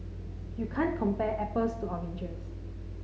you can't compare apples to oranges